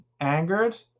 angered